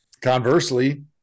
Conversely